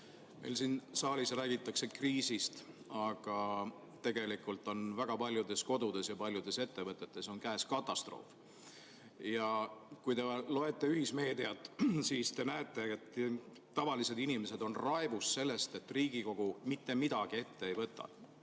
Meil siin saalis räägitakse kriisist, aga tegelikult on väga paljudes kodudes ja paljudes ettevõtetes käes katastroof. Kui te loete ühismeediat, siis näete, et tavalised inimesed on raevus sellest, et Riigikogu mitte midagi ette ei võta.